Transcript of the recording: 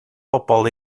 bobol